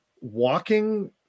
walking